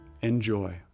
enjoy